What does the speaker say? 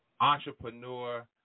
Entrepreneur